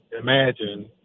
imagine